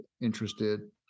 interested